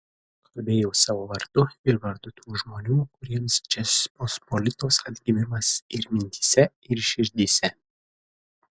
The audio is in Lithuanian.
kalbėjau savo vardu ir vardu tų žmonių kuriems žečpospolitos atgimimas ir mintyse ir širdyse